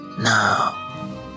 Now